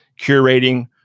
curating